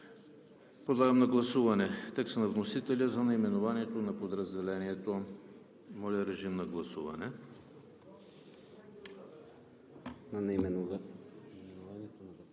Подлагам на гласуване текста на вносителя за наименованието на подразделението. Гласували